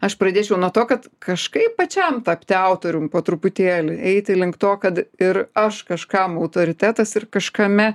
aš pradėčiau nuo to kad kažkaip pačiam tapti autorium po truputėlį eiti link to kad ir aš kažkam autoritetas ir kažkame